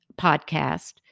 podcast